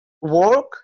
work